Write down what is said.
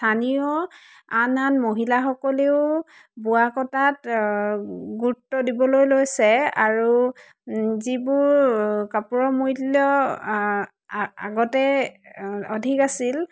স্থানীয় আন আন মহিলাসকলেও বোৱা কটাত গুৰুত্ব দিবলৈ লৈছে আৰু যিবোৰ কাপোৰৰ মূল্য আগতে অধিক আছিল